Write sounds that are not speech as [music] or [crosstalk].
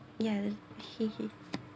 ya [laughs]